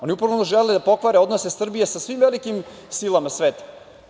Oni upravo žele da pokvare odnose Srbije sa svim velikim silama sveta.